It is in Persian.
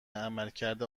عملکرد